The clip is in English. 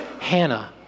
Hannah